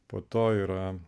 po to yra